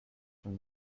from